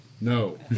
No